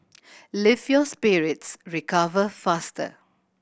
lift your spirits recover faster